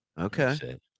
Okay